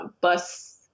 bus